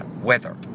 Weather